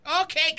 Okay